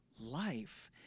life